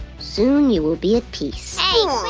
soon you will be at peace. hey,